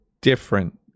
different